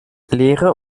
leere